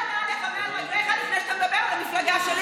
של נעליך מעל רגליך לפני שאתה מדבר על המפלגה שלי